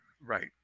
right